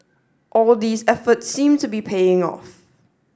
all these efforts seem to be paying off